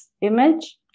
image